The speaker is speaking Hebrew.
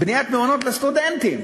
בניית מעונות לסטודנטים,